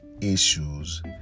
issues